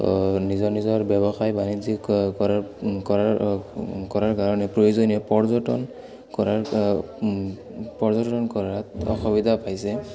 নিজৰ নিজৰ ব্যৱসায় বাণিজ্যিক কৰাৰ কৰাৰ কৰাৰ কাৰণে প্ৰয়োজনীয় পৰ্যটন কৰাৰ পৰ্যটন কৰাত অসুবিধা পাইছে